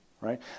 right